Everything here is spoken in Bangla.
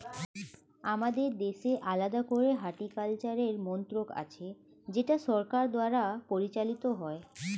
আমাদের দেশে আলাদা করে হর্টিকালচারের মন্ত্রক আছে যেটা সরকার দ্বারা পরিচালিত হয়